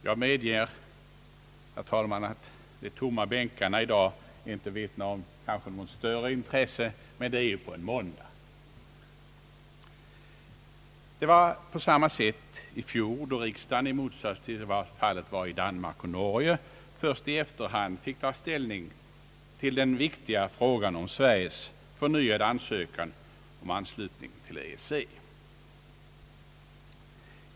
Jag medger, herr talman, att de tomma bänkarna inte vittnar om något större intresse, men det är ju måndag. Det var på samma sätt i fjol då riksdagen — i motsats till vad fallet var i Danmark och Norge — först i efterhand fick ta ställning till den viktiga frågan om Sveriges förnyade ansökan om anslutning till EEC.